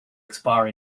expire